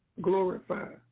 glorify